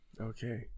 Okay